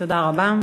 תודה רבה.